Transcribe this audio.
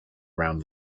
around